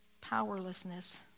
Powerlessness